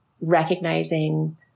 recognizing